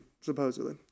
supposedly